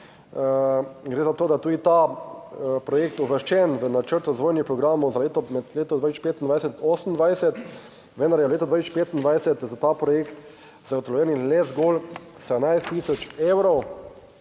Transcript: Gre za to, da je tudi ta projekt uvrščen v načrt razvojnih programov za leto med letom 2025-2028, vendar je v letu 2025 za ta projekt zagotovljenih le zgolj 17 tisoč evrov